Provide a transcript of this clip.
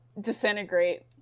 disintegrate